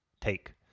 take